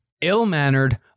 ill-mannered